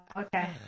okay